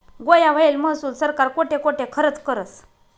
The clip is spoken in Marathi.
गोया व्हयेल महसूल सरकार कोठे कोठे खरचं करस?